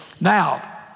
Now